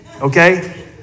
Okay